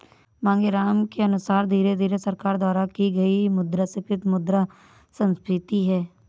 मांगेराम के अनुसार धीरे धीरे सरकार द्वारा की गई मुद्रास्फीति मुद्रा संस्फीति है